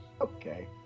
Okay